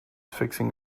fixing